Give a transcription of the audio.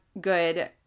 good